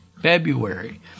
February